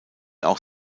auch